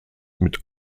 mit